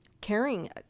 caring